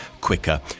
quicker